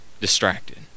distracted